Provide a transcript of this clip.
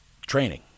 training